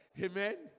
Amen